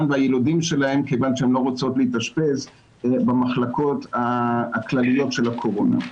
והילודים שלהן כיוון שהן לא רוצות להתאשפז במחלקות הכלליות של הקורונה.